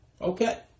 okay